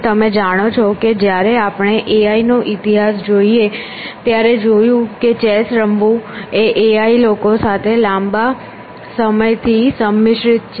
અને તમે જાણો છો કે જ્યારે આપણે AI નો ઇતિહાસ જોઈએ ત્યારે જોયું કે ચેસ રમવું એ AI લોકો સાથે લાંબા સમયથી સંમિશ્રિત છે